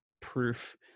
proof